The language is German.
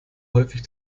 häufig